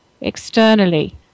externally